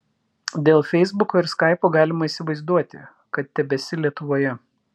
dėl feisbuko ir skaipo galima įsivaizduoti kad tebesi lietuvoje